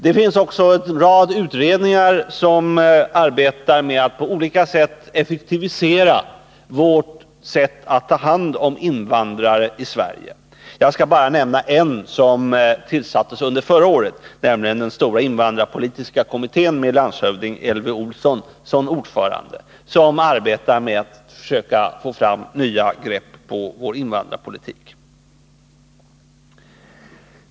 Det finns också en rad utredningar som arbetar med att på olika sätt effektivisera vårt sätt att ta hand om invandrare i Sverige. Jag skall bara nämna en, som tillsattes under förra året, nämligen den stora invandrarpolitiska kommittén, med landshövding Elvy Olsson som ordförande, vilken arbetar med att försöka ta nya grepp på vår invandrarpolitik.